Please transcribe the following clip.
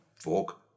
fork